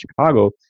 Chicago